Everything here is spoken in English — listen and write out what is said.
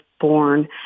born